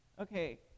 Okay